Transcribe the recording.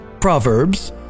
Proverbs